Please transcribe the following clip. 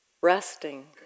resting